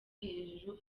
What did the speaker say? hejuru